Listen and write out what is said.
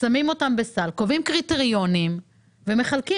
שמים אותם בסל, קובעים קריטריונים ומחלקים.